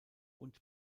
und